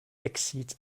exit